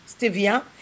stevia